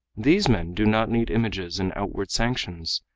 these men do not need images and outward sanctions,